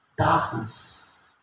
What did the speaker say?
Darkness